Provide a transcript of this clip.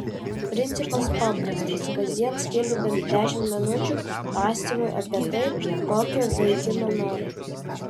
principas paprastas kasdien skirk bent dešimt minučių mąstymui apie tai kokio vaikino nori